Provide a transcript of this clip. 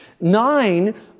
Nine